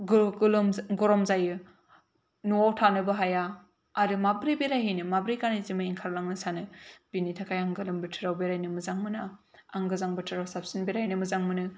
गरम जायो न'वाव थानोबो हाया आरो माबोरै बेरायहैनो माबोरै गानै जोमै ओंखारलांनो सानो बिनि थाखाय आं गोलोम बोथोराव बेरायनो मोजां मोना आं गोजां बोथोराव साबसिन बेरायनो मोजां मोनो